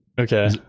Okay